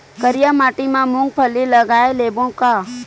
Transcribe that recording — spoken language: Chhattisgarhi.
करिया माटी मा मूंग फल्ली लगय लेबों का?